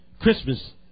Christmas